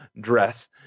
dress